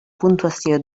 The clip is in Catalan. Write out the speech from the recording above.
puntuació